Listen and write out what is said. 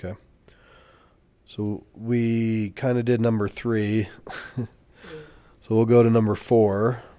ok so we kind of did number three so we'll go to number four